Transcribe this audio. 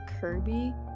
Kirby